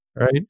right